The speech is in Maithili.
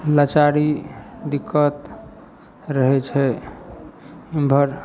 लाचारी दिक्कत रहय छै उमहर